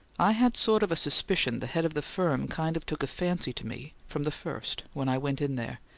i had sort of a suspicion the head of the firm kind of took a fancy to me from the first when i went in there,